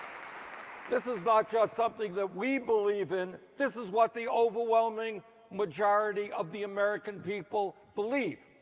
this is not just something that we believe in. this is what the overwhelming majority of the american people believe.